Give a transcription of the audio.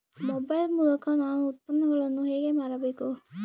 Mobile ಮೂಲಕ ನಾನು ಉತ್ಪನ್ನಗಳನ್ನು ಹೇಗೆ ಮಾರಬೇಕು?